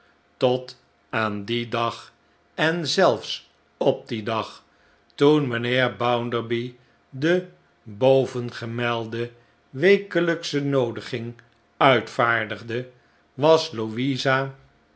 tot aan dien dag en zelfs op dien dag toen mynheer bounderby de bovengemelde wekehjksche hoodiging uitvaardigde was louisa